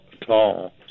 tall